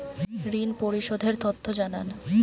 ঋন পরিশোধ এর তথ্য জানান